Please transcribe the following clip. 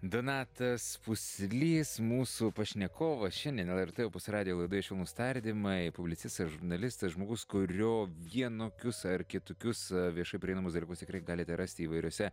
donatas puslys mūsų pašnekovas šiandien lrt opus radijo laidoje švelnūs tardymai publicistas žurnalistas žmogus kurio vienokius ar kitokius viešai prieinamus dalykus tikrai galite rasti įvairiuose